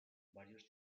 varios